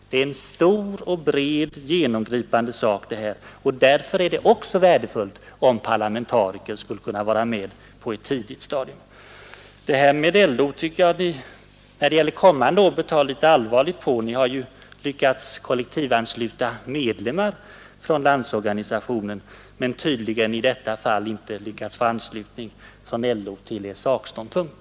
Det vi nu diskuterar är en bred och genomgripande fråga, okh därför är det värdefullt om parlamentariker kunde vara med på ett tidigt stadium. Vad LO har sagt tycker jag att ni bör ta litet allvarligare på under kommande år. Ni har lyckats kollektivansluta medlemmar från LO, men ni har tydligen i detta fall inte lyckats vinna anslutning från LO till er sakståndpunkt.